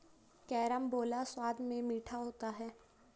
carambola स्वाद में मीठा होता है